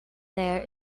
there